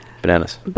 Bananas